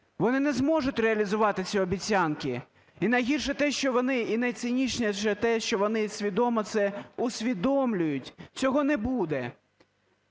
вони не зможуть реалізувати ці обіцянки. І найгірше те, що вони, і найцинічніше те, що вони свідомо це усвідомлюють, цього не буде.